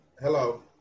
Hello